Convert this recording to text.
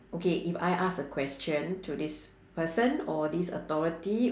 okay if I ask a question to this person or this authority